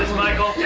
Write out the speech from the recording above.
michael,